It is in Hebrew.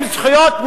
עם זכויות מיעוט,